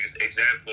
example